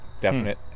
definite